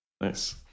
Nice